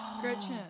Gretchen